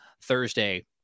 Thursday